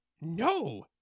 No